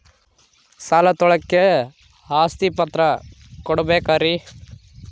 ಸಾಲ ತೋಳಕ್ಕೆ ಆಸ್ತಿ ಪತ್ರ ಕೊಡಬೇಕರಿ?